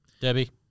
Debbie